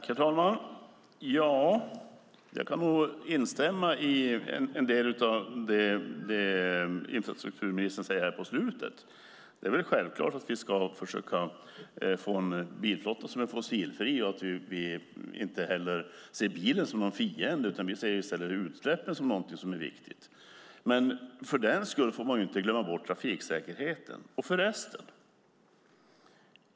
Herr talman! Jag kan nog instämma i en del av det som infrastrukturministern säger på slutet. Det är väl självklart att vi ska försöka få en bilflotta som är fossilfri. Vi ser inte heller bilen som en fiende. I stället är det utsläppen som är viktiga. Men för den skull får man inte glömma bort trafiksäkerheten.